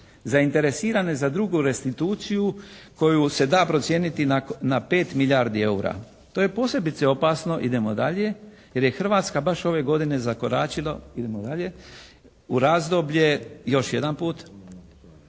zainteresirane za drugu restituciju koju se da procijeniti na 5 milijardi eura. To je posebice opasno, idemo dalje, jer je Hrvatska baš ove godine zakoračila, idemo dalje, u razdoblje, još jedanput.